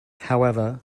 however